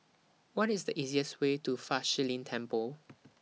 What IS The easiest Way to Fa Shi Lin Temple